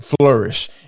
flourish